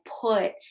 put